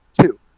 Two